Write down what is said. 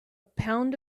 pound